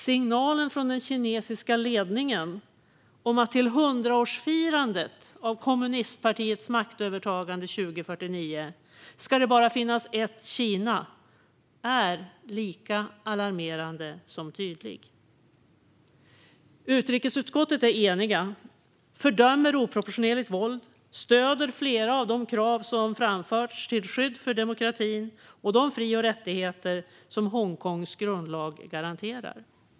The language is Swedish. Signalen från den kinesiska ledningen om att det till 100-årsfirandet av kommunistpartiets maktövertagande 2049 bara ska finnas ett Kina är lika alarmerande som tydlig. Utrikesutskottet är enigt. Vi fördömer oproportionerligt våld och stöder flera av de krav som framförts till skydd för demokratin och de fri och rättigheter som Hongkongs grundlag garanterar.